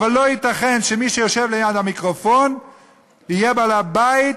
אבל לא ייתכן שמי שיושב ליד המיקרופון יהיה בעל הבית.